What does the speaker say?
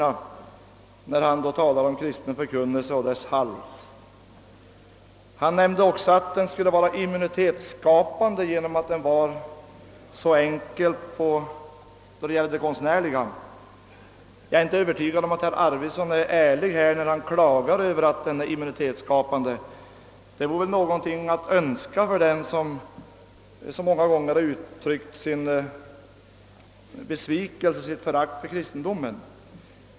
Herr Arvidson sade också att den kristna förkunnelsen i radio-TV är immunitetsskapande på grund av att den är av så liten konstnärlighet, men jag är inte övertygad om att herr Arvidson är ärlig när han klagar på det viset. Det vore ju någonting att önska för den som många gånger har uttryckt sin besvikelse över och sitt förakt för kristendomen.